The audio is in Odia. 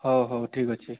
ହଉ ହଉ ଠିକ୍ ଅଛି